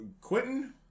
Quentin